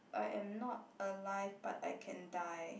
I am not alive but I can die